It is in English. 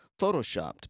photoshopped